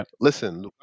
listen